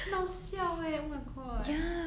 很好笑 eh oh my god